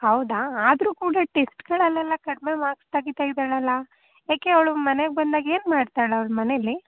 ಹೌದಾ ಆದರೂ ಕೂಡ ಟೆಸ್ಟ್ಗಳಲೆಲ್ಲ ಕಡಿಮೆ ಮಾರ್ಕ್ಸ್ ತೆಗಿತಾ ಇದ್ದಾಳಲ್ಲ ಏಕೆ ಅವಳು ಮನೆಗೆ ಬಂದಾಗ ಏನು ಮಾಡ್ತಾಳೆ ಅವ್ಳು ಮನೇಲಿ